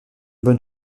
bonne